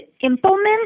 implement